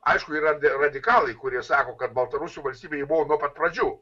aišku yra radikalai kurie sako kad baltarusių valstybė jau buvo nuo pat pradžių